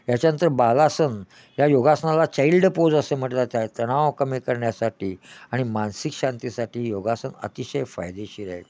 याच्यानंतर बालासन या योगासनाला चाल्ड पोज असं म्हटलं जातं त्या तणाव कमी करण्यासाठी आणि मानसिक शांतीसाठी योगासन अतिशय फायदेशीर आहे